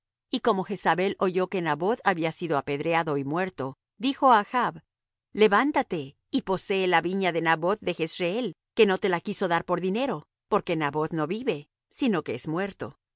y como jezabel oyó que naboth había sido apedreado y muerto dijo á achb levántate y posee la viña de naboth de jezreel que no te la quiso dar por dinero porque naboth no vive sino que es muerto